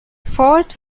fourth